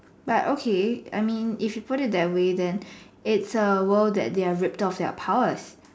but okay I mean if you put it that way then it's a world that they are ripped off their powers